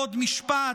עוד משפט: